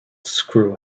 screw